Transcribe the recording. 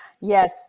yes